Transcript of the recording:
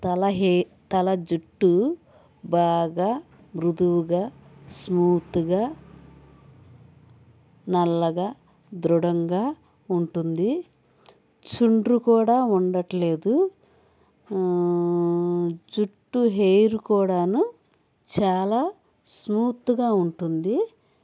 తలహే తల జుట్టు బాగా మృదువుగా స్మూత్గా నల్లగా దృఢంగా ఉంటుంది చుండ్రు కూడా ఉండట్లేదు జుట్టు హెయిర్ కూడా చాలా స్మూత్గా ఉంటుంది